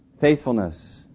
faithfulness